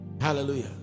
hallelujah